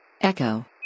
Echo